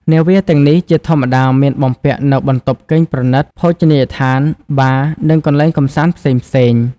នាវាទាំងនេះជាធម្មតាមានបំពាក់នូវបន្ទប់គេងប្រណិត ភោជនីយដ្ឋាន បារ និងកន្លែងកម្សាន្តផ្សេងៗ។